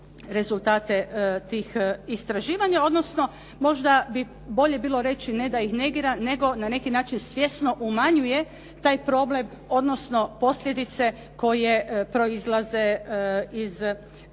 rezultate tih istraživanja odnosno možda bi bolje bilo reći ne da ih negira nego na neki način svjesno umanjuje taj problem odnosno posljedice koje proizlaze iz problematike